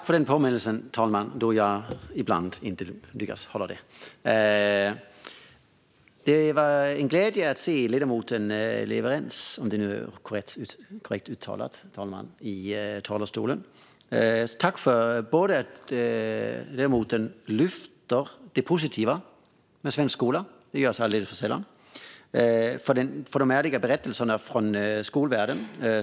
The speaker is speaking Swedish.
Fru talman! Det var en glädje att höra ledamoten Lewerentz i talarstolen. Jag vill tacka för att ledamoten lyfte det positiva med svensk skola - det görs alldeles för sällan - och för de ärliga berättelserna från skolvärlden.